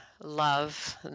love